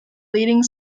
leading